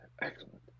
excellent